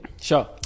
Sure